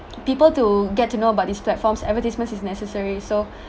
people to get to know about these platforms advertisements is necessary so